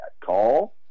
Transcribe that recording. Call